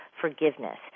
forgiveness